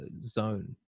zone